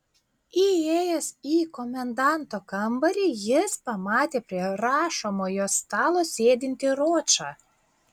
įėjęs į komendanto kambarį jis pamatė prie rašomojo stalo sėdintį ročą